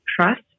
trust